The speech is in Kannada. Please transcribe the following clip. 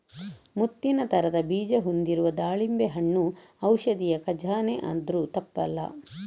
ಮುತ್ತಿನ ತರದ ಬೀಜ ಹೊಂದಿರುವ ದಾಳಿಂಬೆ ಹಣ್ಣು ಔಷಧಿಯ ಖಜಾನೆ ಅಂದ್ರೂ ತಪ್ಪಲ್ಲ